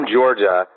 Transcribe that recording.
Georgia